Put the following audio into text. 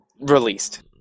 Released